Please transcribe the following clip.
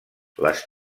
les